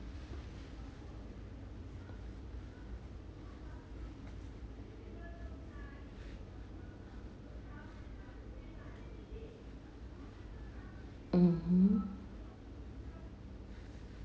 mmhmm